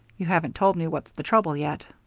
you haven't told me what's the trouble yet.